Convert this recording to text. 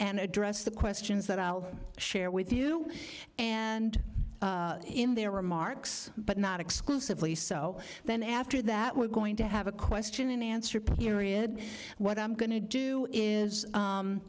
and address the questions that i'll share with you and in their remarks but not exclusively so then after that we're going to have a question and answer period what i'm going to do is